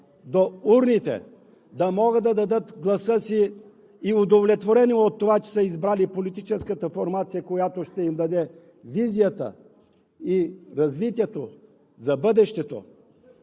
до урните да могат да дадат гласа си, и удовлетворени от това, че са избрали политическата формация, която ще им даде визията и развитието за бъдещето,